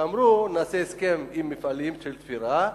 אמרו: נעשה הסכם עם מפעלים של תפירה,